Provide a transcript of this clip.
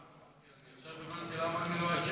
עכשיו הבנתי למה אני לא עשיר,